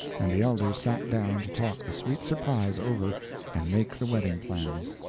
and the elders sat down to talk the sweet surprise over and make the wedding plans.